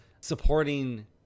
supporting